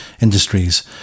industries